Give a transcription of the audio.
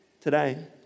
today